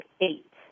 eight